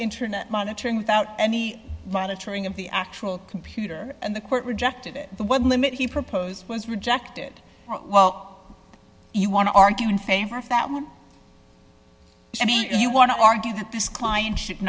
internet monitoring without any training of the actual computer and the court rejected it the limit he proposed was rejected well you want to argue in favor of that one i mean you want to argue that this client should